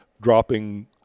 dropping